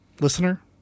listener